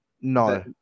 No